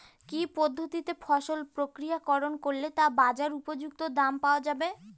কি পদ্ধতিতে ফসল প্রক্রিয়াকরণ করলে তা বাজার উপযুক্ত দাম পাওয়া যাবে?